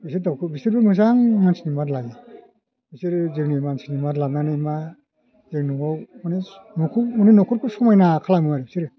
बिसोर दाउखौ बिसोरबो मोजां मानसिनि मात लायो बिसोरो जोंनि मानसिनि मात लानानै मा जों न'आव माने न'खौ न'खरखौ समायना खालामो आरो बिसोरो